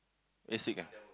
Asics ah